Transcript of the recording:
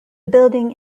building